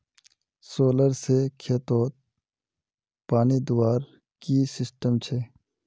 Solar से खेतोत पानी दुबार की सिस्टम छे?